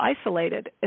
isolated